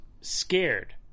scared